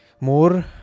more